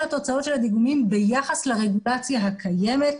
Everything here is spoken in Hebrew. הדיגומים ביחס לרגולציה הקיימת,